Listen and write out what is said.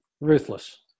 Ruthless